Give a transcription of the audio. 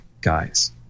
Guys